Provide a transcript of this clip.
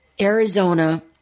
Arizona